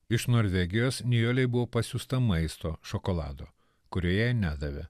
iš norvegijos nijolei buvo pasiųsta maisto šokolado kurioje nedavė